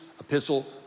epistle